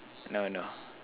no no